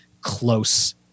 close